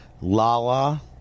Lala